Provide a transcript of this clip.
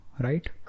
right